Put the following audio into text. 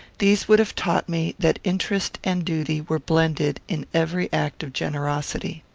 these would have taught me that interest and duty were blended in every act of generosity.